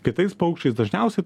kitais paukščiais dažniausi